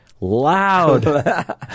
loud